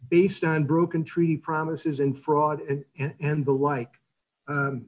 based on broken tree promises and fraud and and the like